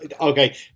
okay